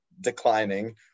declining